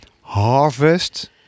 harvest